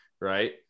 right